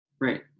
right